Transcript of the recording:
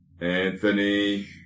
Anthony